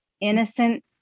innocent